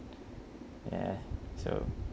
ya so